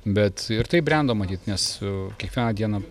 bet tai brendo matyt nes kiekvieną dieną